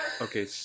Okay